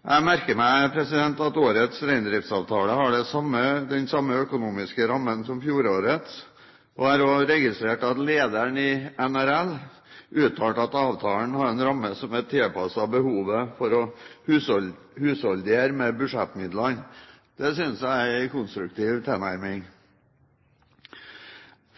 Jeg merker meg at årets reindriftsavtale har den samme økonomiske rammen som fjorårets, og jeg har også registrert at lederen i NRL uttalte at avtalen har en ramme som er tilpasset behovet for å husholdere med budsjettmidlene. Det synes jeg er en konstruktiv tilnærming.